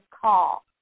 call